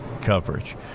coverage